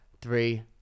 Three